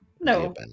No